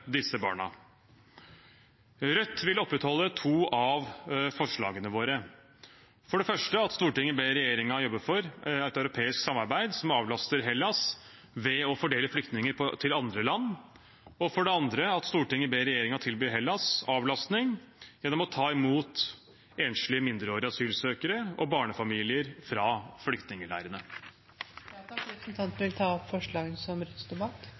disse barna. Rødt vil opprettholde to av forslagene våre: «Stortinget ber regjeringen arbeide for et europeisk samarbeid som avlaster Hellas ved å fordele flyktninger til andre land.» «Stortinget ber regjeringen tilby Hellas avlastning gjennom å ta imot enslige mindreårige asylsøkere og barnefamilier fra flyktningleirene.» Vil representanten ta opp Rødts forslag? Ja. Representanten Bjørnar Moxnes har tatt opp de forslagene